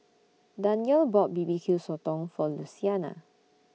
Danyell bought B B Q Sotong For Luciana